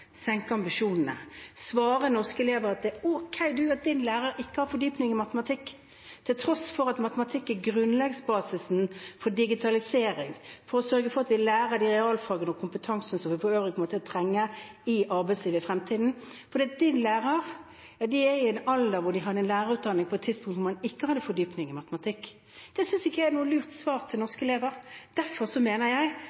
senke kravene, senke ambisjonene og svare norske elever at det er ok at din lærer ikke har fordypning i matematikk, til tross for at matematikk er grunnlaget og basisen for digitalisering, for å sørge for at de lærer den realfagskompetansen som de for øvrig kommer til å trenge i arbeidslivet i fremtiden, fordi din lærer er i en alder da man på det tidspunktet hadde en lærerutdanning hvor man ikke hadde krav om fordypning i matematikk. Det synes ikke jeg er noe lurt svar til